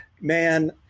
man